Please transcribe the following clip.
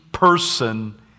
Person